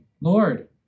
Lord